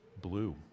Blue